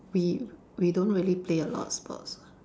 we we don't really play a lot of sports